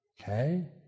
Okay